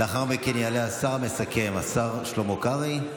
לאחר מכן, יעלה השר המסכם, השר שלמה קרעי.